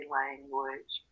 language